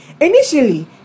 Initially